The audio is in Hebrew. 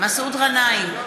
מסעוד גנאים,